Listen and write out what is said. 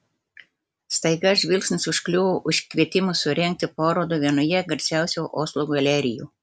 staiga žvilgsnis užkliuvo už kvietimo surengti parodą vienoje garsiausių oslo galerijų